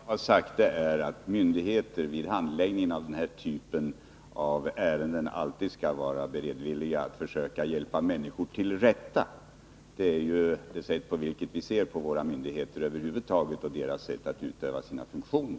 Fru talman! Vad jag har sagt är, att myndigheter vid handläggning av den här typen av ärenden alltid skall vara villiga att försöka hjälpa människor till rätta. Det är så vi ser på våra myndigheter över huvud taget och deras sätt att utöva sina funktioner.